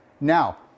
Now